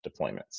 deployments